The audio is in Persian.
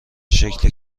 شکل